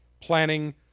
planning